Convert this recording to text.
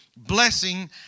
Blessing